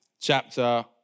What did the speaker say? chapter